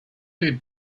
did